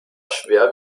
schwer